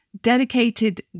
dedicated